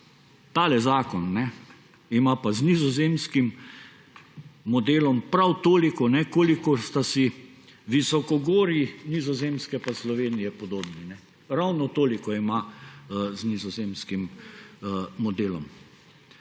ta zakon ima pa z nizozemskim modelom prav toliko, kolikor sta si visokogorji Nizozemske pa Slovenije podobni. Ravno toliko ima z nizozemskim modelom.